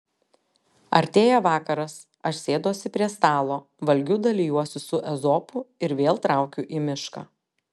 artėja vakaras aš sėduosi prie stalo valgiu dalijuosi su ezopu ir vėl traukiu į mišką